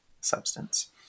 substance